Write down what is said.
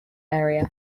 area